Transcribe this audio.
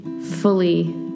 fully